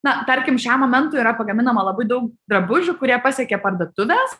na tarkim šiam momentui yra pagaminama labai daug drabužių kurie pasiekia parduotuves